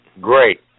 Great